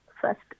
First